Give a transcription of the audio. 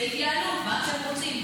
זה התייעלות, מה אתם רוצים.